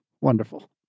Wonderful